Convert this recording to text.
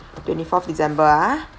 twenty fourth december ah